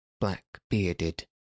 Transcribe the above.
black-bearded